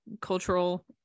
cultural